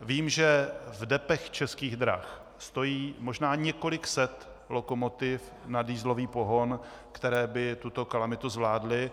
Vím, že v depech Českých drah stojí možná několik set lokomotiv na dieselový pohon, které by tuto kalamitu zvládly.